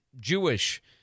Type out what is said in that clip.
Jewish